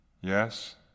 Yes